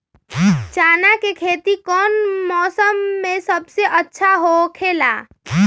चाना के खेती कौन मौसम में सबसे अच्छा होखेला?